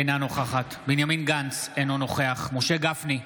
אינה נוכחת בנימין גנץ, אינו נוכח משה גפני,